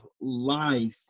life